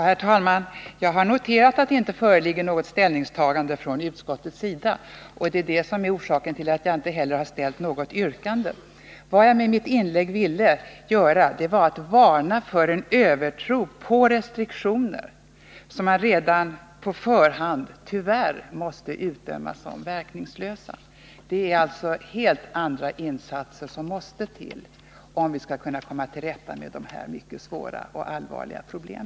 Herr talman! Jag har noterat att det inte föreligger något ställningstagande från utskottets sida. Det är orsaken till att jag inte har framställt något yrkande. Vad jag med mitt inlägg ville göra var att varna för en övertro på restriktioner som man redan på förhand måste utdöma som verkningslösa. Det är helt andra insatser som måste till, om vi skall kunna komma till rätta med dessa mycket svåra och allvarliga problem.